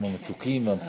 עם המתוקים והמתוקות.